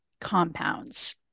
compounds